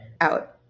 out